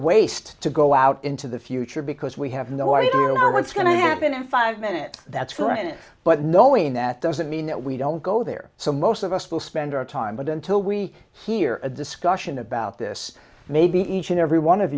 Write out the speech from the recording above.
waste to go out into the future because we have no idea what's going to happen in five minutes that's granted but knowing that doesn't mean that we don't go there so most of us will spend our time but until we hear a discussion about this maybe each and every one of